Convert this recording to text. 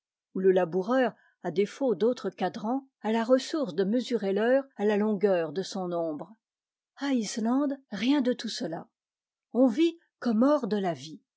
où le laboureur à défaut d'autre cadran a la ressource de mesurer l'heure à la longueur de son ombre a islande rien de tout cela on vit comme hors de la vie